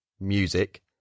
music